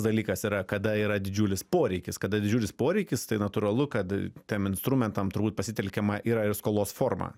dalykas yra kada yra didžiulis poreikis kada didžiulis poreikis tai natūralu kad tiem instrumentam turbūt pasitelkiama yra ir skolos forma